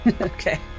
Okay